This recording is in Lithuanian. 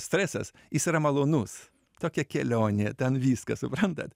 stresas jis yra malonus tokia kelionė ten viską suprantat